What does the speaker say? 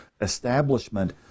establishment